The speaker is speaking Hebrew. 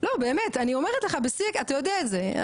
לא באמת, אני אומרת לך בשיא, אתה יודע את זה.